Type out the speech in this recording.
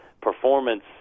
performance